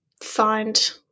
find –